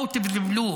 Out of the blue,